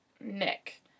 nick